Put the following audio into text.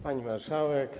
Pani Marszałek!